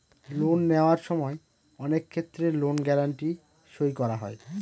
loan নেওয়ার সময় অনেক ক্ষেত্রে লোন গ্যারান্টি সই করা হয়